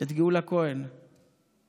את גאולה כהן בטלוויזיה.